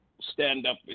stand-up